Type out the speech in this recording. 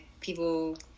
people